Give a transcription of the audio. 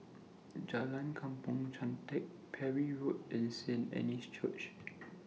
Jalan Kampong Chantek Parry Road and Saint Anne's Church